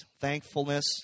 thankfulness